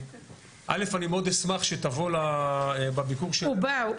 א' אני מאוד אשמח שתבוא בביקור של ועדת --- הוא בא,